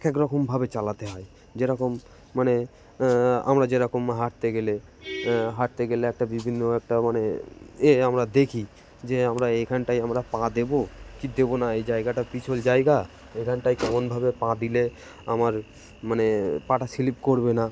এক এক রকমভাবে চালাতে হয় যে রকম মানে আমরা যে রকম হাঁটতে গেলে হাঁটতে গেলে একটা বিভিন্ন একটা মানে এ আমরা দেখি যে আমরা এখানটায় আমরা পা দেবো কি দেবো না এই জায়গাটা পিছল জায়গা এখানটায় কেমনভাবে পা দিলে আমার মানে পাটা স্লিপ করবে না